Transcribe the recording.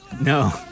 No